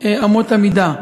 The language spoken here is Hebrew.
אמות המידה.